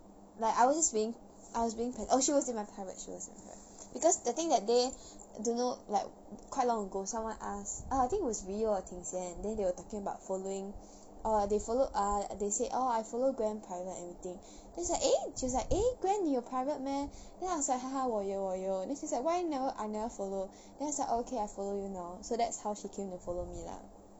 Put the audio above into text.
like I was just being I was being pe~ oh she was in my private and right because the thing that day don't know like quite long ago someone ask uh I think it was really a lot of things and then they were talking about following ah they followed ah they say oh I follow gwen private anything then is like eh she was eh gwen 你有 private meh then I was like 哈哈我有我有 then she's like why never I never follow then I say oh okay I follow you now so that's how she came to follow me lah